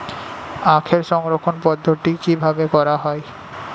আখের সংরক্ষণ পদ্ধতি কিভাবে করা হয়?